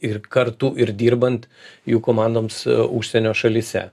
ir kartu ir dirbant jų komandoms užsienio šalyse